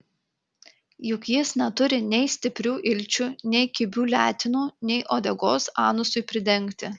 juk jis neturi nei stiprių ilčių nei kibių letenų nei uodegos anusui pridengti